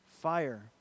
fire